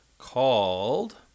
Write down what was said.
called